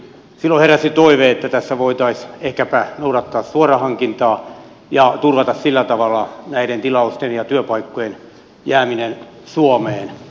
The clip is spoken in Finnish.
silloin heräsi toive että tässä voitaisiin ehkäpä noudattaa suorahankintaa ja turvata sillä tavalla näiden tilausten ja työpaikkojen jääminen suomeen